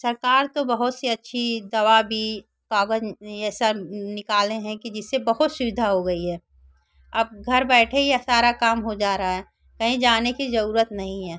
सरकार तो बहुत सी अच्छी दवा भी काग़ज़ यह सब निकाले हैं कि जिससे बहुत सुविधा हो गई है अब घर बैठे यह सारा काम हो जा रहा है कहीं जाने की ज़रूरत नहीं है